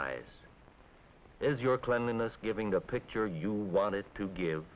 eyes as your cleanliness giving the picture you wanted to give